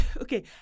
okay